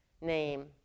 name